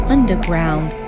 Underground